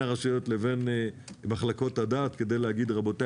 הרשויות לבין מחלקות הדת כדי להגיד: רבותי,